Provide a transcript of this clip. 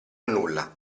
nulla